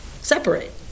separate